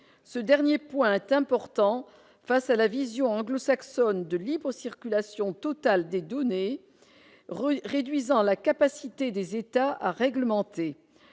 ce dernier point important face à la vision anglo- saxonne de libre circulation totale des données recueillies réduisant la capacité des États à réglementer